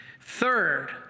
Third